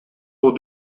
aux